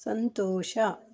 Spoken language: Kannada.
ಸಂತೋಷ